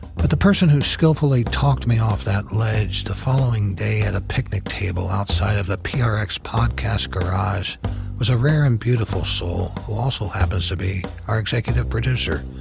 but the person who skillfully talked me off of that ledge the following day at a picnic table outside of the prx podcast garage was a rare and beautiful soul who also happens to be our executive producer,